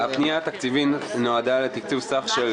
הפנייה התקציבית נועדה לתקצוב סך של